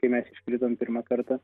kai mes iškritom pirmą kartą